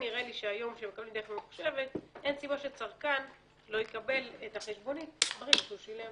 נראה לי שאין סיבה שצרכן לא יקבל את החשבונית ברגע שהוא שילם.